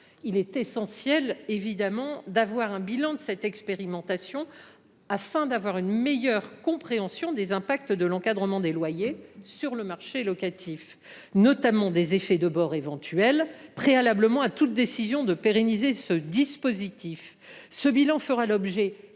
essentiel de disposer d’un bilan de cette expérimentation, afin d’avoir une meilleure compréhension des effets de cette mesure sur le marché locatif, notamment de ses effets de bord éventuels, préalablement à toute décision de pérennisation du dispositif. Ce bilan fera l’objet